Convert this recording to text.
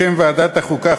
בשם ועדת החוקה,